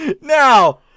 Now